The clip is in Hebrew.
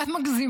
'מה את מגזימה?